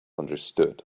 understood